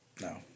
No